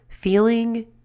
feeling